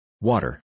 Water